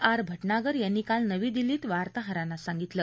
R भौगगर यांनी काल नवी दिल्लीत वार्ताहरांना सांगितलं